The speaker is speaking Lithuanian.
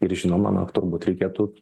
ir žinoma na turbūt reikėtų